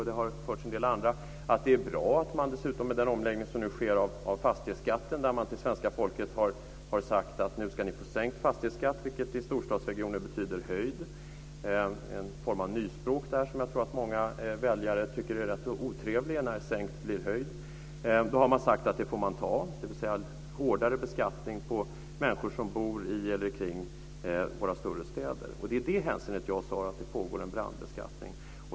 Det har framförts att det är bra med den omläggning som nu sker av fastighetsskatten. Man har till svenska folket sagt att de nu ska få sänkt fastighetsskatt, vilket i storstadsregioner betyder höjd fastighetsskatt. Det är en form av nyspråk som jag tror att många väljare tycker är ganska otrevlig när sänkt blir höjd. Man har sagt att det får man ta, dvs. hårdare beskattning av människor som bor i eller kring våra större städer. Det är i det hänseendet jag menar att det pågår en brandbeskattning.